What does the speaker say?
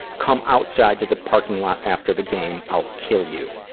come outside to the parking lot after the game. i'll kill you.